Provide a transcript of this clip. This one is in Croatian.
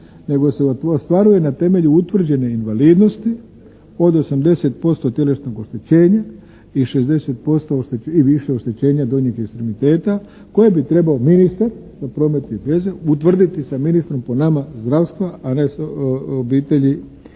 nego se ostvaruje na temelju utvrđene invalidnosti od 80% tjelesnog oštećenja i 60% i više oštećenja donjeg ekstremiteta koje bi trebao ministar za promet i veze utvrditi sa ministrom po nama zdravstva, a ne obitelji,